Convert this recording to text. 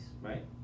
right